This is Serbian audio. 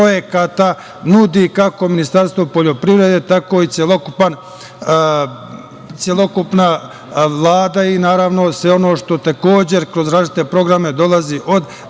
nudi, kako Ministarstvo poljoprivrede tako i celokupna Vlada i naravno sve ono što kroz različite programe dolazi od